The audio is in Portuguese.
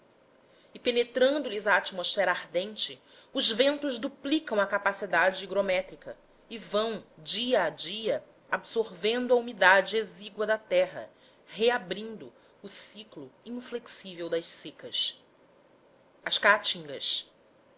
e penetrando lhes a atmosfera ardente os ventos duplicam a capacidade higrométrica e vão dia a dia absorvendo a umidade exígua da terra reabrindo o ciclo inflexível das secas as caatingas